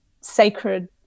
sacred